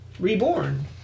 Reborn